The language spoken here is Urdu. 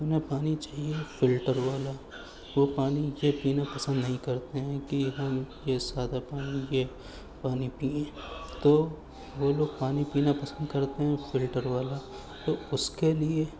انہیں پانی چاہیے فلٹر والا وہ پانی یہ پینا پسند نہیں کرتے ہیں کہ ہم یہ سادہ پانی یہ پانی پئیں تو وہ لوگ پانی پینا پسند کرتے ہیں فلٹر والا تو اس کے لیے